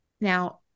now